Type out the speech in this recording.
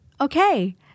Okay